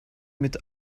mit